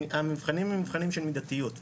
המבחנים הם מבחנים של מידתיות,